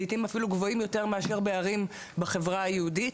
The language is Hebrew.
לעיתים אפילו גבוהים יותר מאשר בערים בחברה היהודית,